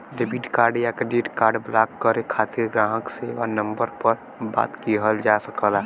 debit card या credit card block करे खातिर ग्राहक सेवा नंबर पर बात किहल जा सकला